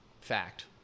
fact